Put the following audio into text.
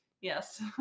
Yes